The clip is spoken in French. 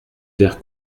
vert